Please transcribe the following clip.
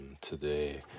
today